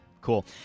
Cool